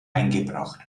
eingebracht